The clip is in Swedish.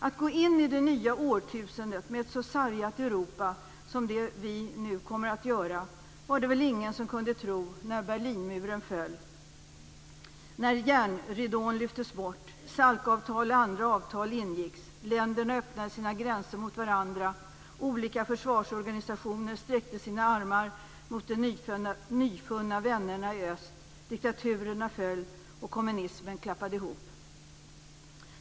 Att vi går in i det nya årtusendet med ett så sargat Europa som vi kommer att göra var det väl ingen som kunde tro när Berlinmuren föll, järnridån lyftes bort, SALK-avtal och andra avtal ingicks, länderna öppnade sina gränser mot varandra, olika försvarsorganisationer sträckte sina armar mot de nyfunna vännerna i öst, diktaturerna föll och kommunismen klappade ihop.